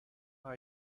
icbm